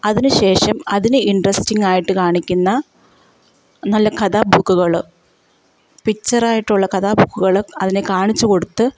അതിന് ശേഷം അതിന് ഇൻട്രസ്റ്റിങ്ങ് ആയിട്ട് കാണിക്കുന്ന നല്ല കഥാ ബുക്കുകൾ പിക്ചർ ആയിട്ടുള്ള കഥാ ബുക്കുകൾ അതിനെ കാണിച്ച് കൊടുത്ത്